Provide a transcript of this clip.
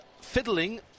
fiddling